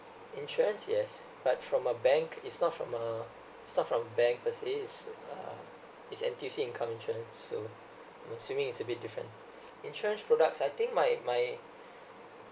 insurance yes but from a bank it's not from a it's not from a bank per se it's(uh) it's N_T_U_C income insurance so assuming it's a bit different insurance products I think my my